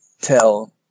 tell